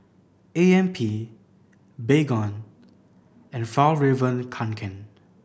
A M P Baygon and Fjallraven Kanken